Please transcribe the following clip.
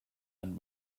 and